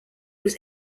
was